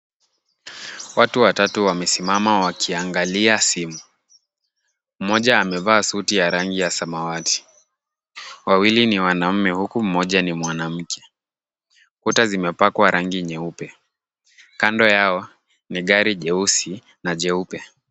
Watu watatu wamesimama wakiangalia simu. Mmoja amevaa suti ya rangi ya samawati. Wawili ni wanaume huku mmoja ni mwanamke. Kuta zimepakwa rangi nyeupe. Kando yao ni gari jeusi na jeupe.